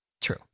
True